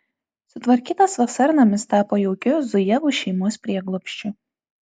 sutvarkytas vasarnamis tapo jaukiu zujevų šeimos prieglobsčiu